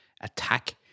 attack